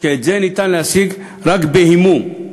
שאת זה אפשר להשיג רק בהימום.